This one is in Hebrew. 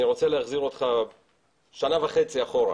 אני רוצה להחזיר אותך שנה וחצי אחורה,